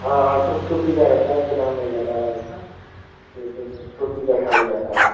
हाँ हाँ सूती का रहता है हमको नाम नहीं याद आ रहा है उसका लेकिन वो सूती का साड़ी रहता है